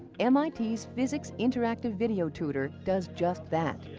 um ah physics interactive video tutor does just that.